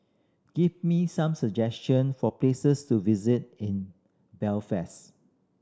give me some suggestion for places to visit in Belfast